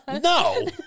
No